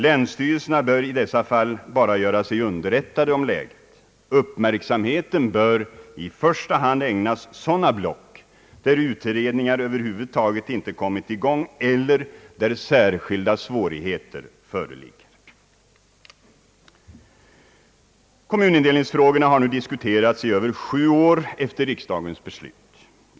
Länsstyrelserna bör i dessa fall bara göra sig underrättade om läget. Deras uppmärksamhet bör i första hand ägnas sådana block där utredningar över huvud taget inte kommit i gång eller där särskilda svårigheter föreligger. Kommunindelningsfrågorna har nu diskuterats i över sju år efter riksdagens beslut.